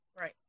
right